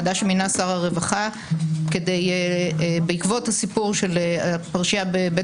ועדה שמינה שר הרווחה בעקבות הסיפור של הפרשייה בבית